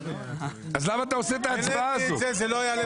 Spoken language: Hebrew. למה אתה עושה את ההצבעה הזאת?